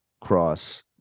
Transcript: cross